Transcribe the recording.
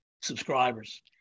subscribers